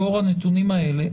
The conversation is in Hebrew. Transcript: לאור הנתונים האלה,